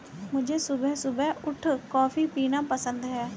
मुझे सुबह सुबह उठ कॉफ़ी पीना पसंद हैं